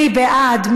מי בעד?